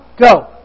Go